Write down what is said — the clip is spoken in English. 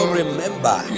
remember